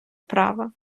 права